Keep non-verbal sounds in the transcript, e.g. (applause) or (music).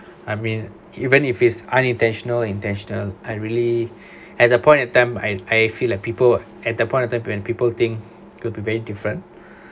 I mean even if his unintentional intentional I really (breath) at that point of time I I feel like people at that point of time when people think could be very different (breath)